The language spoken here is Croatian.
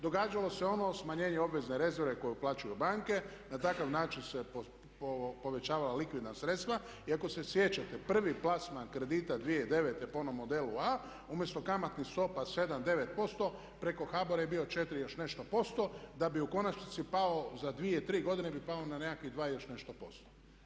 Događalo se ono smanjenje obvezne rezerve koju uplaćuju banke, na takav način su se povećavala likvidna sredstva i ako se sjećate prvi plasman kredita 2009. po onom modelu A umjesto kamatnih stopa 7%, 9% preko HBOR-a je bio 4 i još nešto posto da bi u konačnici pao za 2, 3 godine bi pao na nekakvih 2 i još nešto posto.